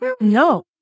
No